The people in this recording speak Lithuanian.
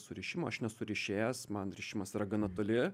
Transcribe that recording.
surišimo aš nesu rišėjas man rišimas yra gana toli